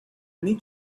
need